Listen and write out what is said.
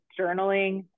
journaling